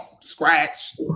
scratch